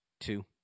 two